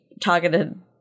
targeted